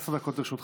עשר דקות לרשותך.